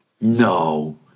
No